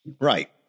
Right